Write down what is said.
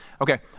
Okay